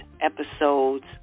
episodes